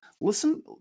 listen